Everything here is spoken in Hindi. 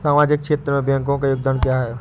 सामाजिक क्षेत्र में बैंकों का योगदान क्या है?